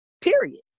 period